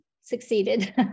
succeeded